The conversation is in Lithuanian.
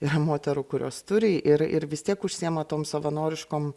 yra moterų kurios turi ir ir vis tiek užsiima tom savanoriškom